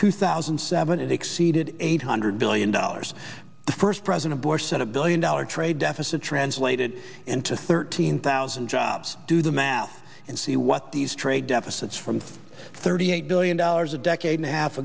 two thousand and seven it exceeded eight hundred billion dollars the first president bush said a billion dollar trade deficit translated into thirteen thousand jobs do the math and see what these trade deficits from thirty eight billion dollars a decade and a half